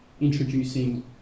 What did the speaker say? introducing